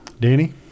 Danny